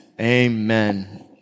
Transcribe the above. Amen